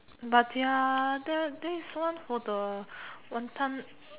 but the other this one for the wanton